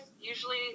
usually